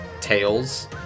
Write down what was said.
tails